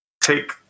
take